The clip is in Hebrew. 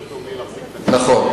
יותר טוב לי להחזיק את הכסף,